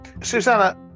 Susanna